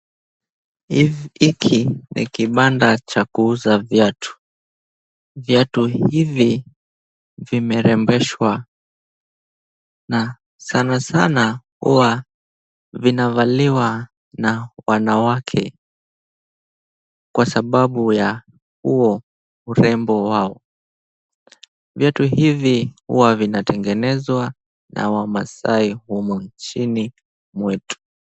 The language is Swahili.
Hiki ni kibanda cha kuuza viatu. Viatu hivi vimerembeshwa na sanasana huwa vinavaliwa na wanawake kwa sababu ya huo urembo wao. Viatu hivi huwa vinatengenezwa na wamasai humus nchini mwetu.